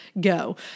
Go